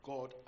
God